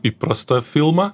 įprastą filmą